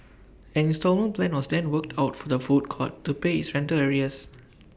an instalment plan was then worked out for the food court to pay its rental arrears